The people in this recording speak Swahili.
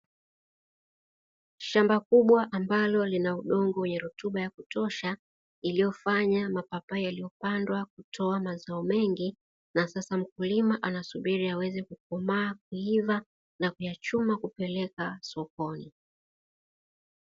Shamba kubwa ambalo lenye udongo wenye rutuba iliyofanya mapapai yaliyopandwa kutoa mazao mengi, sasa mkulima anasubiri yaweze kukomaa kuiva na kuyachuma kuyapeleka sokoni.